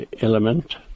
element